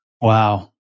Wow